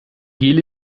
gel